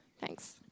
Thanks